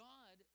God